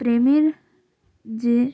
প্রেমের যে